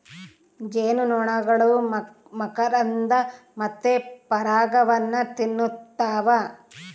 ಜೇನುನೊಣಗಳು ಮಕರಂದ ಮತ್ತೆ ಪರಾಗವನ್ನ ತಿನ್ನುತ್ತವ